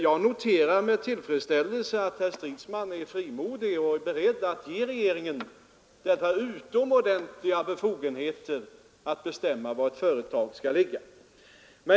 Jag noterar med tillfredsställelse hur frimodigt herr Stridsman är beredd att ge regeringen utomordentliga befogenheter när det gäller att bestämma var ett företag skall ligga.